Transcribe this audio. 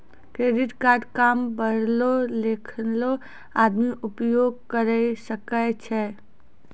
Credit card काम पढलो लिखलो आदमी उपयोग करे सकय छै?